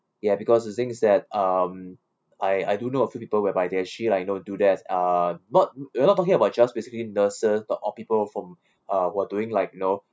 ya because the thing is that um I I do know a few people whereby they actually like you know do that uh not w~ we're not talking about just basically nurses or people from uh who are doing like you know